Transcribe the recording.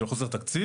של חוסר תקציב?